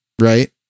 right